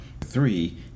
Three